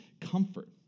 comfort